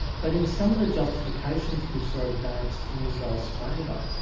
but in some of the justifications we saw advanced in israel's favour,